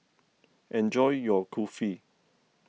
enjoy your Kulfi